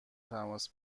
تماس